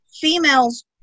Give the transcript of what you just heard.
females